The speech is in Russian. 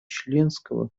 членского